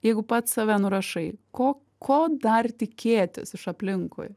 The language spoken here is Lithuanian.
jeigu pats save nurašai ko ko dar tikėtis iš aplinkui